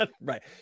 Right